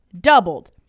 doubled